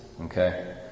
Okay